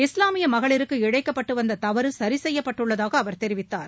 இஸ்லாமிய மகளிருக்கு இழைக்கப்பட்டுவந்த தவறு சரிசெய்யப்பட்டுள்ளதாக அவர் தெரிவித்துள்ளார்